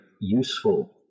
useful